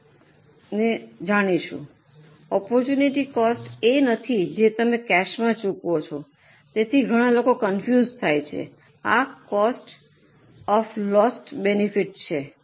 હવે opportunity cost એ નથી જે તમે કેશમાં ચૂકવો છો તેથી ઘણા લોકો કન્ફ્યૂજ઼્ડ થાય છે આ કોસ્ટ ઑફ લૉસ્ટ બેનફિટ છે